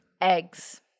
Eggs